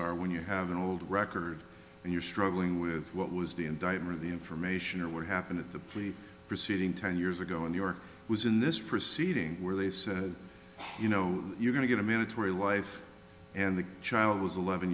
are when you have an old record and you're struggling with what was the indictment the information or what happened in the plea proceeding ten years ago in new york was in this proceeding where they said you know you're going to get a mandatory life and the child was eleven